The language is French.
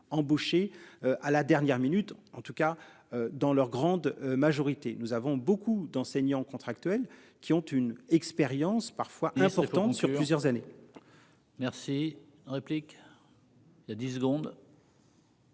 embaucher à la dernière minute. En tout cas dans leur grande majorité, nous avons beaucoup d'enseignants contractuels qui ont une expérience parfois importantes sur plusieurs années. Merci réplique. Il y a 10 secondes.